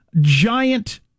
giant